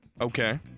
Okay